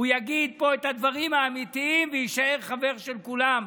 הוא יגיד פה את הדברים האמיתיים ויישאר חבר של כולם.